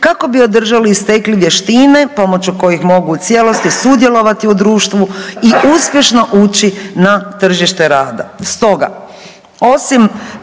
kako bi održali i stekli vještine pomoći kojih u cijelosti sudjelovati u društvu i uspješno ući na tržište rada.